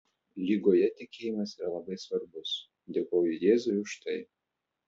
ligoje tikėjimas yra labai svarbus dėkoju jėzui už tai